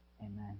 Amen